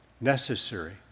Necessary